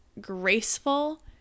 graceful